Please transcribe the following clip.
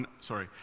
sorry